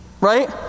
right